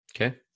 Okay